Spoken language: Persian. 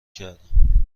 کردم